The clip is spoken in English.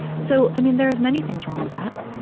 so, i mean, there is many things wrong with that.